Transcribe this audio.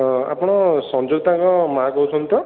ହଁ ଆପଣ ସଂଯୁକ୍ତାଙ୍କ ମାଆ କହୁଛନ୍ତି ତ